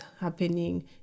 happening